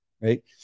right